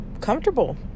comfortable